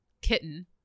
Kitten